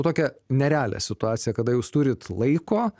tokią nerealią situaciją kada jūs turit laiko